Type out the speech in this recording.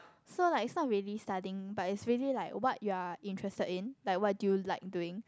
so like is not really studying but is really like what you are interested in like what do you like doing